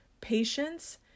patience